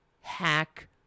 hack